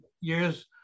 years